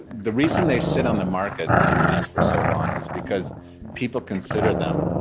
the reason they sit on the market sometimes for so long is because people consider them